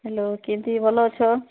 hello କେମିତି ଭଲ ଅଛ